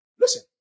Listen